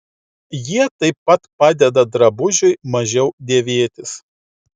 jie taip pat padeda drabužiui mažiau dėvėtis